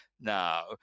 now